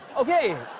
okay,